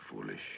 foolish